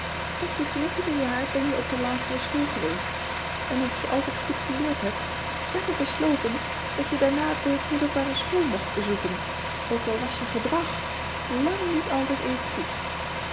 ot je veertiende jaar ben je op de lagere school geweest en omdat je altijd goed geleerd hebt werd er besloten dat je daarna de middelbare school mocht bezoeken ook al was je gedrag lang niet altijd even goed